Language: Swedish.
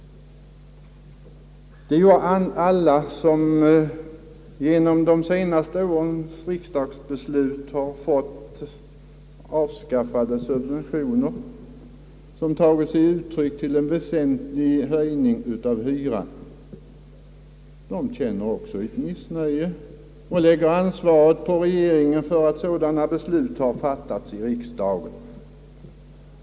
Alla de som genom de senaste årens riksdagsbeslut har fått hyressubventionerna avskaffade, vilket tagit sig uttryck i en väsentlig höjning av hyran, känner också missnöje och lägger ansvaret på regeringen för att sådana beslut har fattats i riksdagen.